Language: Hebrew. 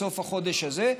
בסוף החודש הזה,